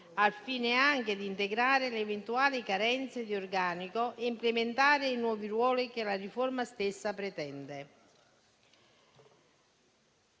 al fine di integrare le eventuali carenze di organico e implementare i nuovi ruoli che la riforma stessa pretende.